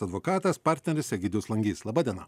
advokatas partneris egidijus langys laba diena